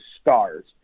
stars